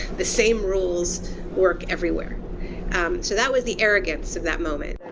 the same rules work everywhere. so that was the arrogance of that moment.